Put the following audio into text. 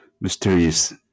Mysterious